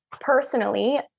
personally